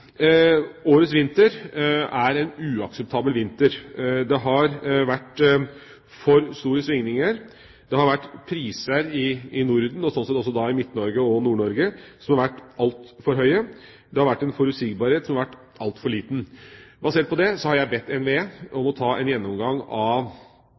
Årets vinter er en uakseptabel vinter. Det har vært for store svingninger. Det har vært priser i Norden, og også i Midt-Norge og Nord-Norge, som har vært altfor høye. Det har vært en forutsigbarhet som har vært altfor liten. Basert på det har jeg bedt NVE